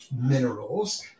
minerals